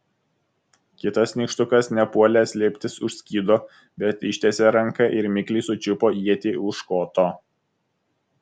kitas nykštukas nepuolė slėptis už skydo bet ištiesė ranką ir mikliai sučiupo ietį už koto